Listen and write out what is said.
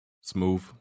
Smooth